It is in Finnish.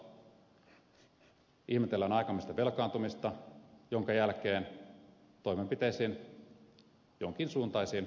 ihmetellään aikamme sitä velkaantumista minkä jälkeen jonkin suuntaisiin toimenpiteisiin on pakko ryhtyä